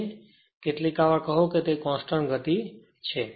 તેથી કેટલીક વાર કહો કે તેને તેને કોંસ્ટંટગતિ છે